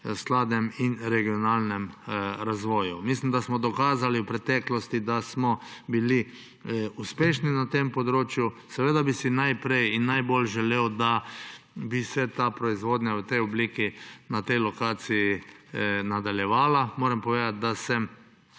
skladnega regionalnega razvoja. Mislim, da smo dokazali v preteklosti, da smo bili uspešni na tem področju. Seveda bi si najprej in najbolj želel, da bi se ta proizvodnja v tej obliki na tej lokaciji nadaljevala. Moram povedati, da sem